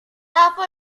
dopo